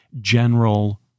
general